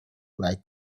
like